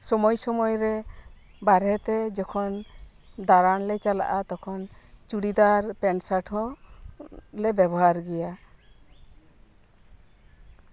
ᱢᱮᱱᱠᱷᱟᱱ ᱥᱚᱢᱚᱭ ᱥᱚᱢᱚᱭ ᱨᱮ ᱵᱟᱨᱦᱮ ᱛᱮ ᱡᱚᱠᱷᱚᱱ ᱫᱟᱲᱟᱱ ᱞᱮ ᱪᱟᱞᱟᱜᱼᱟ ᱛᱚᱠᱷᱚᱱ ᱪᱩᱲᱤᱫᱟᱨ ᱯᱮᱱᱴ ᱥᱮᱨᱴ ᱦᱚᱸ ᱞᱮ ᱵᱮᱵᱚᱦᱟᱨ ᱜᱮᱭᱟ